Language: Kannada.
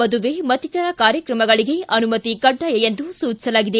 ಮದುವೆ ಮತ್ತಿತರ ಕಾರ್ಯಕ್ರಮಗಳಿಗೆ ಅನುಮತಿ ಕಡ್ಡಾಯ ಎಂದು ಸೂಚಿಸಲಾಗಿದೆ